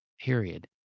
period